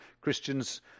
Christians